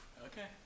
Okay